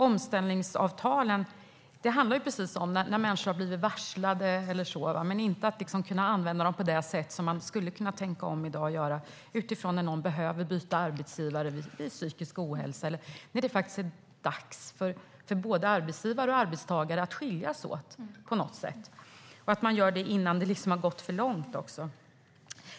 Omställningsavtalen handlar om när människor har blivit varslade, men de handlar inte om att man ska kunna använda dem på det sätt som man skulle kunna göra i dag utifrån att någon behöver byta arbetsgivare vid psykisk ohälsa eller när det faktiskt är dags för både arbetsgivare och arbetstagare att skiljas åt. Det är också bra att man gör det innan det har gått för långt.